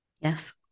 yes